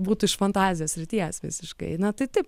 būtų iš fantazijos srities visiškai na tai taip